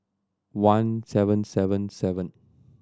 one seven seven seven